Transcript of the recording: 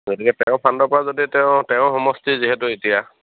গতিকে তেওঁৰ ফাণ্ডৰ পৰা যদি তেওঁ তেওঁৰ সমষ্টি যিহেতু এতিয়া